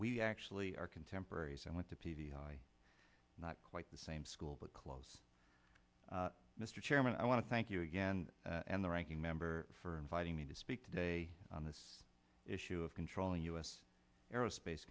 we actually are contemporaries and went to p v not quite the same school but close mr chairman i want to thank you again and the ranking member for inviting me to speak today on this issue of controlling us aerospace